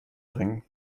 bringen